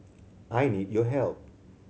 I need your help